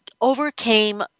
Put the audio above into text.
overcame